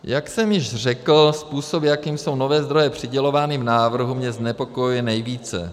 Jak jsem již řekl, způsob, jakým jsou nové zdroje přidělovány v návrhu, mě znepokojuje nejvíce.